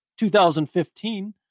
2015